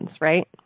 right